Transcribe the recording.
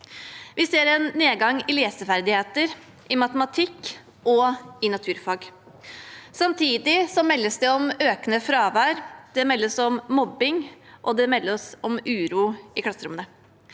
Vi ser en nedgang i leseferdigheter, matematikk og naturfag. Samtidig meldes det om økende fravær, det meldes om